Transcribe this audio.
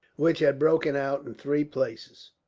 which had broken out in three places.